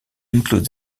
include